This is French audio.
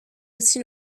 aussi